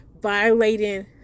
violating